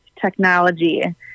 Technology